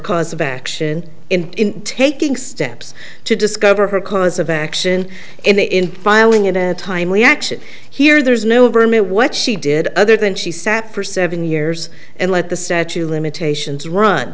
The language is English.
cause of action in taking steps to discover her cause of action in filing in a timely action here there's no permit what she did other than she sat for seven years and let the statute of limitations run